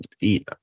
eat